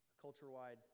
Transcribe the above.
culture-wide